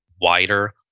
wider